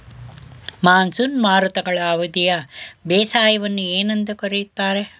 Monsoon ಮಾರುತಗಳ ಅವಧಿಯ ಬೇಸಾಯವನ್ನು ಏನೆಂದು ಕರೆಯುತ್ತಾರೆ?